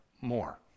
more